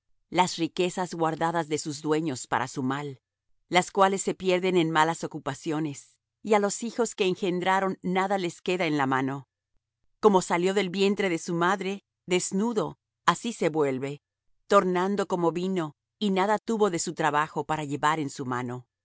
las riquezas guardadas de sus dueños para su mal las cuales se pierden en malas ocupaciones y á los hijos que engendraron nada les queda en la mano como salió del vientre de su madre desnudo así se vuelve tornando como vino y nada tuvo de su trabajo para llevar en su mano